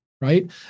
right